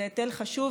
זה היטל חשוב,